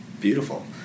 Beautiful